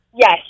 Yes